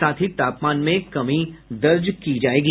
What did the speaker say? साथ ही तापमान में कमी दर्ज की जायेगी